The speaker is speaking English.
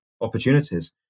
opportunities